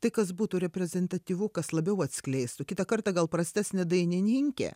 tai kas būtų reprezentatyvu kas labiau atskleistų kitą kartą gal prastesnė dainininkė